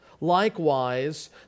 Likewise